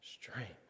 strength